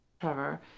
Trevor